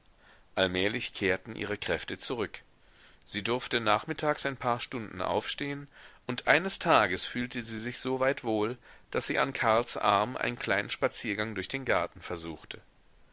allmählich kehrten ihre kräfte zurück sie durfte nachmittags ein paar stunden aufstehen und eines tages fühlte sie sich soweit wohl daß sie an karls arm einen kleinen spaziergang durch den garten versuchte